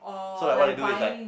so like what they do is like